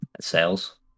sales